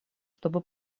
чтобы